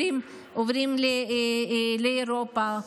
עוברות לאירופה.